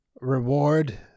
reward